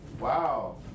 wow